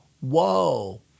whoa